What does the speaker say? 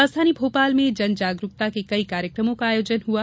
राजधानी भोपाल में जन जागरूकता के कई कार्यक्रमों का आयोजन किया गया